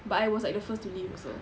but I was like the first to leave also